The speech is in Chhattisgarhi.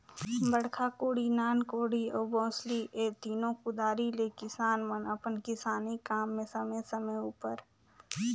बड़खा कोड़ी, नान कोड़ी अउ बउसली ए तीनो कुदारी ले किसान मन अपन किसानी काम मे समे समे उपर